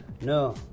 No